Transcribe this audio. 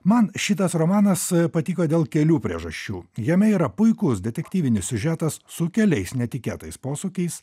man šitas romanas patiko dėl kelių priežasčių jame yra puikus detektyvinis siužetas su keliais netikėtais posūkiais